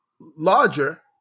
larger